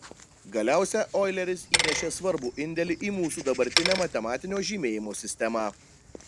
galiausia oileris įnešė svarbų indėlį į mūsų dabartinę matematinio žymėjimo sistemą